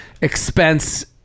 expense